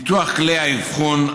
פיתוח כלי האבחון,